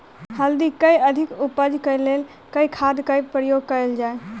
हल्दी केँ अधिक उपज केँ लेल केँ खाद केँ प्रयोग कैल जाय?